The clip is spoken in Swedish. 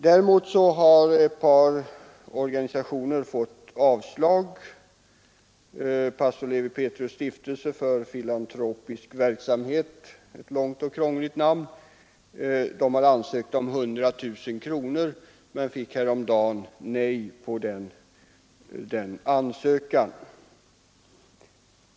Däremot har ett par organisationer fått avslag. Pastor Lewi Pethrus” stiftelse för filantropisk verksamhet — ett långt och krångligt namn — har ansökt om 100 000 kronor men fick häromdagen nej till denna ansökan.